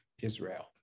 Israel